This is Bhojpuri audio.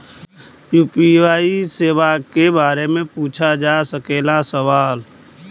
यू.पी.आई सेवा के बारे में पूछ जा सकेला सवाल?